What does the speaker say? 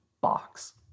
box